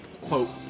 quote